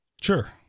Sure